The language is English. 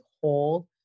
hold